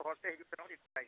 ᱦᱚᱨᱛᱮ ᱦᱤᱡᱩᱜ ᱥᱮᱱᱚᱜ